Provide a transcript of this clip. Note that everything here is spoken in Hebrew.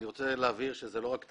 אני רוצה להבהיר שזה לא רק תקציבית.